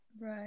Right